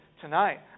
tonight